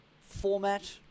format